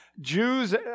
Jews